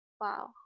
Wow